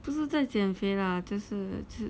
不是在减肥啦就是吃